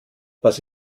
was